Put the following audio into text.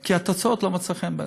כי התוצאות לא מצאו חן בעיניה.